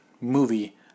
movie